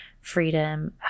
freedom